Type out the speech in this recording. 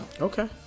Okay